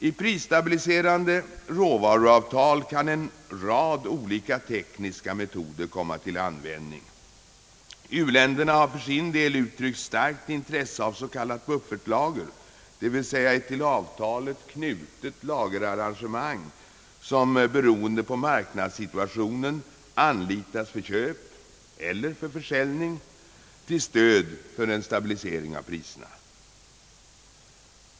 I prisstabiliserande råvaruavtal kan en rad olika tekniska metoder komma till användning. U-länderna har för sin del uttryckt starkt intresse av s.k. buffertlager, d. v. s. ett till avtalet knutet lagerarrangemang som, beroende på marknadssituationen, anlitas för köp eller för försäljning till stöd för en stabilisering av priserna.